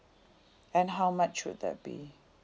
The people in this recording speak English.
and how much would that be